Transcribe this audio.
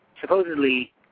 supposedly